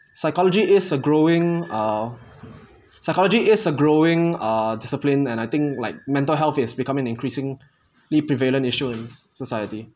psychology is a growing uh psychology is a growing uh discipline and I think like mental health is becoming increasingly prevalent issue in society